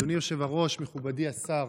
אדוני היושב-הראש, מכובדי השר,